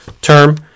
term